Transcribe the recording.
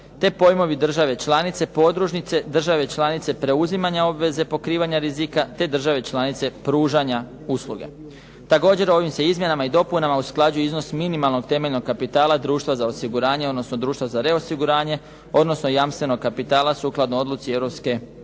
te pojmovi države članice, podružnice, države članice preuzimanja obveze pokrivanja rizika te države članice pružanja usluge. Također ovim se izmjenama i dopunama usklađuje iznos minimalnog temeljnog kapitala društva za osiguranje, odnosno društva za reosiguranje, odnosno jamstvenog kapitala sukladno odluci